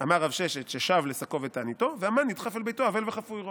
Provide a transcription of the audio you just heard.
אמר רב ששת ששב לשקו ולתעניתו והמן נדחף אל ביתו אבל וחפוי ראש,